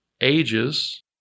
ages